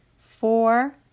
four